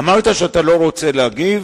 אמרת שאתה לא רוצה להגיב,